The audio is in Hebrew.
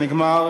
זה נגמר,